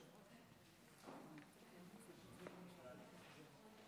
הטבות לאח הנספה),